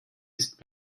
ist